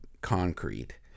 concrete